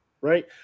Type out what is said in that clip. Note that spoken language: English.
right